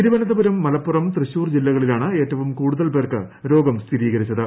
തിരുവനന്തപുരം മലപ്പുറം തൃശൂർ ജില്ലകളിലാണ് ഏറ്റവും കൂടുതൽ പേർക്ക് രോഗം സ്ഥിരീകരിച്ചത്